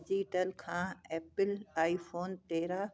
digital खां Apple iPhone तेरहं